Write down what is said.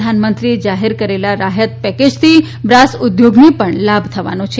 પ્રધાનમંત્રીએ જાહેર કરેલા રાહત પેકેજથી બ્રાસ ઉદ્યોગને પણ લાભ થવાનો છે